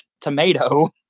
tomato